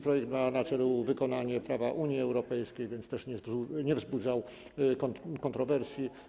Projekt ma na celu wykonanie prawa Unii Europejskiej, więc nie wzbudzał kontrowersji.